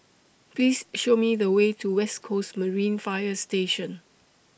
Please Show Me The Way to West Coast Marine Fire Station